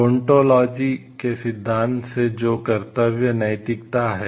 deontology के सिद्धांत से जो कर्तव्य नैतिकता है